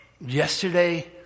Yesterday